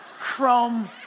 chrome